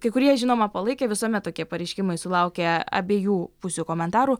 kai kurie žinoma palaikė visuomet tokie pareiškimai sulaukia abiejų pusių komentarų